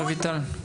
רויטל.